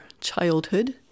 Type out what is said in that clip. childhood